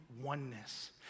oneness